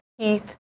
Keith